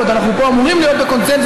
תודה לך, אדוני היושב-ראש.